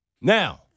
Now